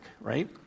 right